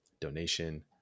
donation